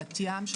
בת ים,